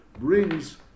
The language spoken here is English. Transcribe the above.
brings